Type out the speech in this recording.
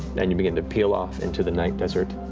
and you begin to peel off into the night desert,